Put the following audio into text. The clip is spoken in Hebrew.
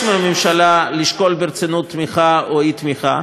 מהממשלה לשקול ברצינות תמיכה או אי-תמיכה,